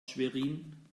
schwerin